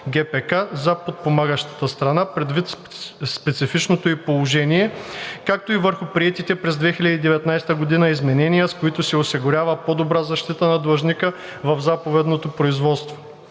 за подпомагащата страна предвид специфичното ѝ положение, както и върху приетите през 2019 г. изменения, с които се осигурява по добра защита на длъжника в заповедното производство.